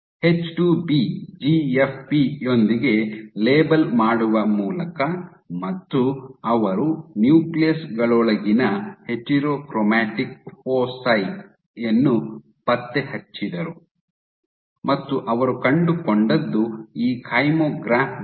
ಎಚ್2ಬಿ GFP ಯೊಂದಿಗೆ label ಮಾಡುವ ಮೂಲಕ ಮತ್ತು ಅವರು ನ್ಯೂಕ್ಲಿಯಸ್ ಗಳೊಳಗಿನ ಹೆಟೆರೋಕ್ರೊಮ್ಯಾಟಿಕ್ ಫೋಸಿ ಯನ್ನು ಪತ್ತೆಹಚ್ಚಿದರು ಮತ್ತು ಅವರು ಕಂಡುಕೊಂಡದ್ದು ಈ ಕೈಮೊಗ್ರಾಫ್ ಗಳನ್ನು